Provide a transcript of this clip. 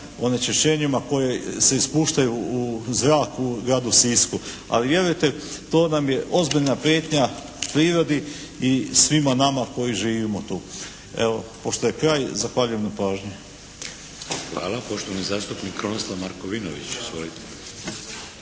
onečišćenjima koja se ispuštaju u zrak u gradu Sisku. Ali vjerujte to nam je ozbiljna prijetnja prirodi i svima nama koji živimo tu. Evo pošto je kraj, zahvaljujem na pažnji. **Šeks, Vladimir (HDZ)** Hvala. Poštovani zastupnik Krunoslav Markovinović.